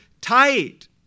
tight